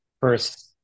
first